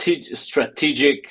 strategic